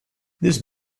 this